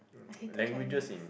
I hated Chinese